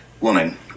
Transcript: woman